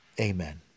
Amen